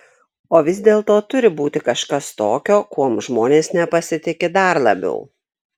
o vis dėlto turi būti kažkas tokio kuom žmonės nepasitiki dar labiau